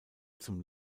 zum